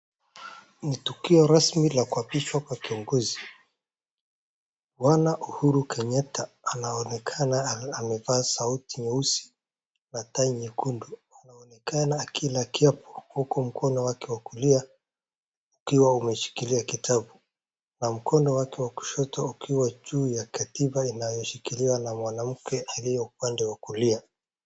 Ni tukio rasmi la kuapishwa kwa kiongozi. Bwana Uhuru Kenyatta, anaonekana amevaa suti nyeusi na tai nyekundu. Anaonekana akila kiapo huku mkono wake wa kulia ukiwa umeshikilia kitabu na mkono wake wa kushoto ukiwa juu ya katiba inayoshikiliwa ana mwanamke aliye upande wa kulia.